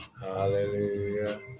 hallelujah